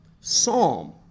psalm